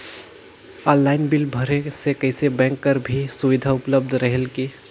Online bill भरे से कइसे बैंक कर भी सुविधा उपलब्ध रेहेल की?